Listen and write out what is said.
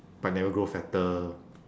but never grow fatter